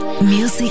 Music